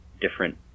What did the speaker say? different